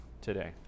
today